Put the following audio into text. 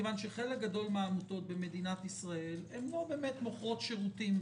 מכיוון שחלק גדול מהעמותות במדינת ישראל לא באמת מוכרות שירותים,